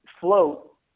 float